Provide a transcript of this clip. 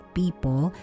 people